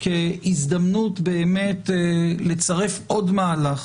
כהזדמנות באמת לצרף עוד מהלך